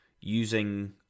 using